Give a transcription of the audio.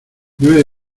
nueve